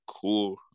cool